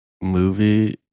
movie